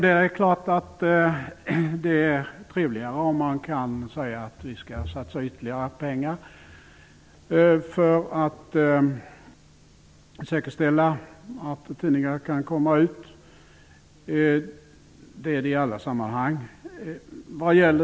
Det är klart att det är trevligare att kunna säga att vi skall satsa ytterligare pengar för att säkerställa att tidningar kan komma ut. Det är det i alla sammanhang.